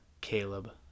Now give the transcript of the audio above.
Caleb